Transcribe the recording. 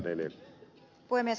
arvoisa puhemies